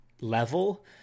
level